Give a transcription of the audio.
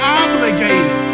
obligated